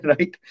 Right